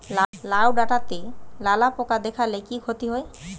লাউ ডাটাতে লালা পোকা দেখালে কি ক্ষতি হয়?